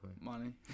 money